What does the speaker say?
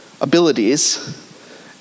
abilities